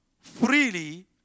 freely